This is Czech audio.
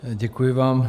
Děkuji vám.